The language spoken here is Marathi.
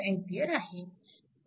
25A आहे